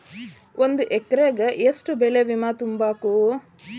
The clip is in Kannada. ಒಂದ್ ಎಕ್ರೆಗ ಯೆಷ್ಟ್ ಬೆಳೆ ಬಿಮಾ ತುಂಬುಕು?